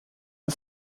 der